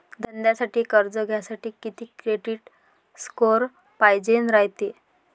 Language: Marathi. धंद्यासाठी कर्ज घ्यासाठी कितीक क्रेडिट स्कोर पायजेन रायते?